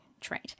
trade